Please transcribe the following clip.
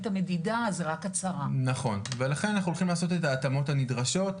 את ההתאמות הנדרשות.